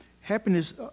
Happiness